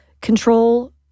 control